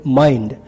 mind